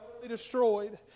Destroyed